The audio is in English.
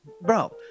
bro